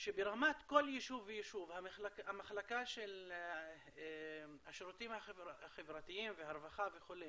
שברמת כל יישוב ויישוב המחלקה של השירותים החברתיים והרווחה וכו',